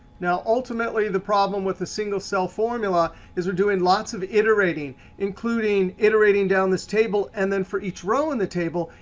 now ultimately the problem with the single cell formula is we're doing lots of iterating including iterating down this table and then for each row in the table.